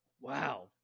Wow